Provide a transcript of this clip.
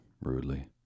rudely